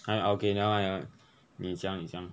I okay nevermind nevermind 你讲你讲